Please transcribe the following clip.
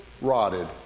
rotted